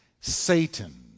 Satan